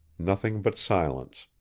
nothing but silence.